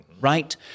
right